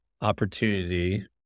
opportunity